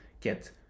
get